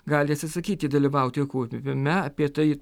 gali atsisakyti dalyvauti kaupime apie tai